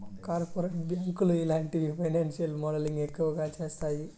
corporate బ్యాంకులు ఇలాంటి financial modelling ఎక్కువ చేత్తాయి